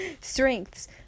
Strengths